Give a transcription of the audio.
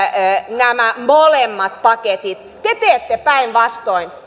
nämä molemmat paketit te teette päinvastoin